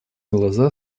глаза